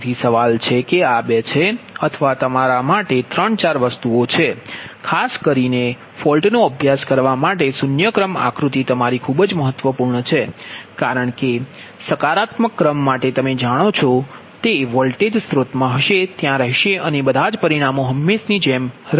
તેથી સવાલ એ છે કે આ 2 છે અથવા તમારા માટે 3 4 વસ્તુઓ છે ખાસ કરીને ફોલ્ટ નો અભ્યાસ કરવા માટે શૂન્ય ક્રમ આકૃતિ તમારી ખૂબ જ મહત્વપૂર્ણ છે કારણ કે સકારાત્મક ક્રમ માટે તમે જાણો છો તે વોલ્ટેજ સ્ત્રોતમાં હશે ત્યાં રહેશે અને બધા જ પરિમાણો હંમેશની જેમ રહેશે